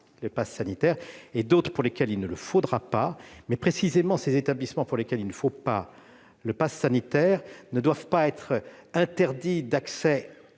un passe sanitaire et d'autres pour lesquels celui-ci ne sera pas nécessaire. Précisément, ces établissements pour lesquels il ne faudra pas de passe sanitaire ne doivent pas être interdits d'accès